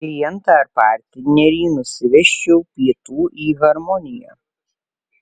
klientą ar partnerį nusivesčiau pietų į harmoniją